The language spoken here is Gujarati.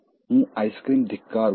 હું આઇસક્રીમ ધિક્કારું છું